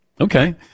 Okay